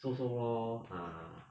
so so lor ah